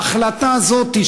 ההחלטה הזאת,